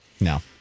No